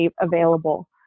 available